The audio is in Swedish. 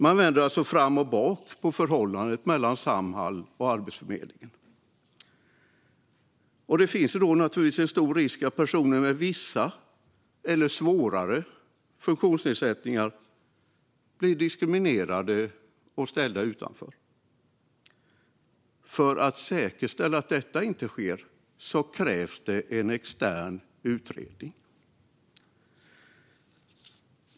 Man vänder alltså bak och fram på förhållandet mellan Samhall och Arbetsförmedlingen, och det finns då stor risk att personer med vissa eller svårare funktionsnedsättningar blir diskriminerade och ställda utanför. För att säkerställa att detta inte sker krävs en extern utredning.